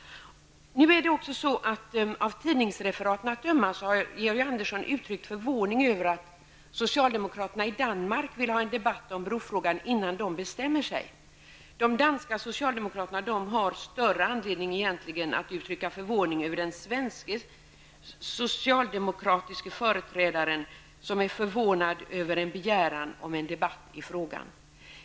Av tidningsreferaten att döma har Georg Andersson uttryckt förvåning över att socialdemokraterna i Danmark vill ha en debatt i brofrågan innan de bestämmer sig. De danska socialdemokraterna har egentligen större anledning att uttrycka förvåning över den svenske socialdemokratiska företrädaren, som är förvånad över en begäran om en debatt i denna fråga.